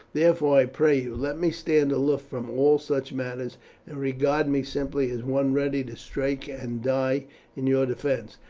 therefore, i pray you, let me stand aloof from all such matters, and regard me simply as one ready to strike and die in your defence,